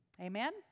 amen